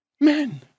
Men